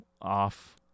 off